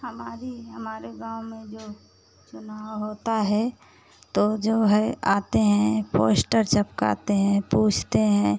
हमारी हमारे गाँव में जो चुनाव होता है तो जो है आते हैं पोश्टर चिपकाते हैं पूछते हैं